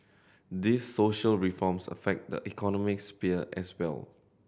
these social reforms affect the economic sphere as well